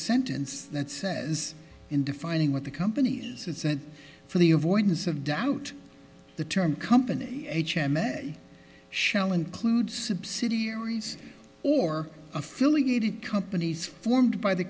sentence that says in defining what the companies said for the avoidance of doubt the term company h m s shall include subsidiaries or affiliated companies formed by the